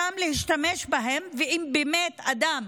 להשתמש בהם, ואם באמת אדם